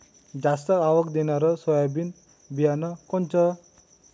जास्त आवक देणनरं सोयाबीन बियानं कोनचं?